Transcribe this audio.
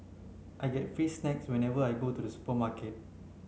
I get free snacks whenever I go to the supermarket